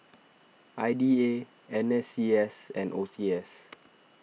I D A N S C S and O C S